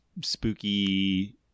spooky